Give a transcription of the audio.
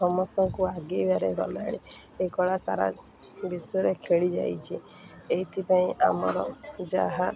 ସମସ୍ତଙ୍କୁ ଆଗେଇବାରେ ଗଲାଣି ଏ କଳା ସାରା ବିଷୟରେ ଖେଳି ଯାଇଛି ଏଇଥିପାଇଁ ଆମର ଯାହା